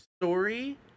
story